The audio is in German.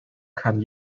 kann